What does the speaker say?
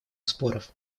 споров